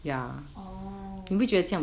orh